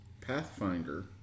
Pathfinder